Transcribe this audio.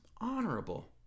honorable